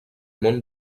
món